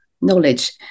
knowledge